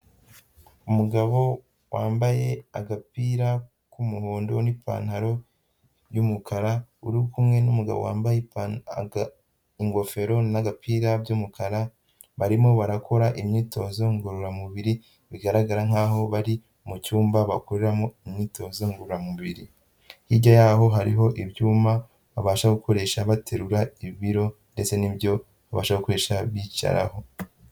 Umugabo wambaye agapira k'umuhondo n'ipantaro y'umukara, uri kumwe n'umugabo wambaye ipa aga ingofero n'agapira by'umukara barimo barakora imyitozo ngororamubiri bigaragara nkaho bari mu cyumba bakoreramo imyitozo ngororamubiri, hirya yaho hariho ibyuma babasha gukoresha baterura ibiro ndetse n'ibyo babasha gukoresha bicaraho.